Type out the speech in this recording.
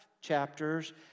chapters